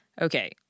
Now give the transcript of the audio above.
Okay